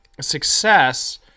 success